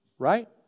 right